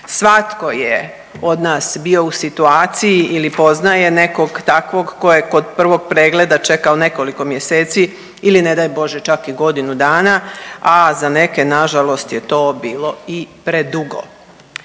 Svatko je od nas bio u situaciji ili poznaje nekog takvog ko je kod prvog pregleda čekao nekoliko mjeseci ili ne daj Bože čak i godinu dana, a za neke nažalost je to bilo i predugo.